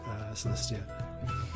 Celestia